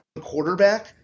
quarterback